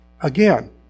Again